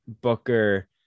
Booker